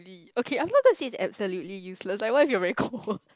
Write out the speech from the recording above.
okay I'm not gonna say absolutely useless like what if you are cold